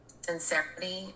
sincerity